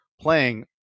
playing